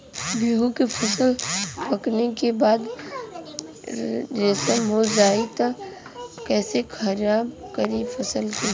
गेहूँ के फसल पकने के बाद बारिश हो जाई त कइसे खराब करी फसल के?